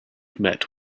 met